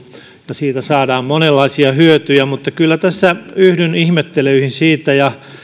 ja siitä saadaan monenlaisia hyötyjä mutta kyllä tässä yhdyn ihmettelyihin ja